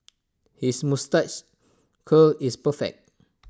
his moustache curl is perfect